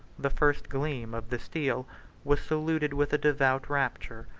the first gleam, of the steel was saluted with a devout rapture.